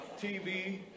TV